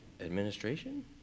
administration